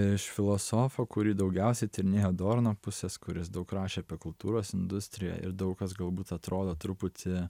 iš filosofo kurį daugiausiai tyrinėjau dorno pusės kuris daug rašė apie kultūros industriją ir daug kas galbūt atrodo truputį